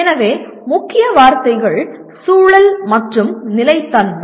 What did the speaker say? எனவே முக்கிய வார்த்தைகள் சூழல் மற்றும் நிலைத்தன்மை